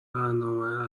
برنامه